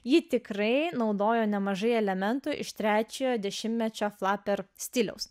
ji tikrai naudojo nemažai elementų iš trečiojo dešimtmečio flaper stiliaus